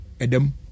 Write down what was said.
Adam